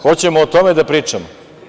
Hoćemo o tome da pričamo?